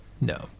no